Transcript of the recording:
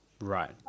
Right